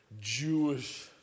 Jewish